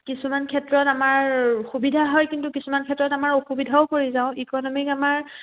কিছুমান ক্ষেত্ৰত আমাৰ সুবিধা হয় কিন্তু কিছুমান ক্ষেত্ৰত আমাৰ অসুবিধাতো পৰি যাওঁ ইকনমিক আমাৰ